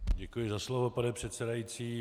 Děkuji za slovo, pane předsedající.